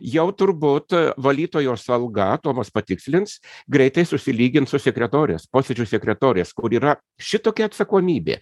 jau turbūt valytojos alga tomas patikslins greitai susilygins su sekretorės posėdžių sekretorės kur yra šitokia atsakomybė